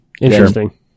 Interesting